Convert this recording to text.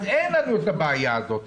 אז אין הבעיה הזאת.